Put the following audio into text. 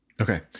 Okay